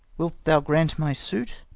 wilt thou grant my suit?